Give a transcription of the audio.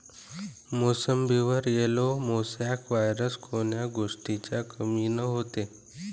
मोसंबीवर yellow mosaic virus कोन्या गोष्टीच्या कमीनं होते?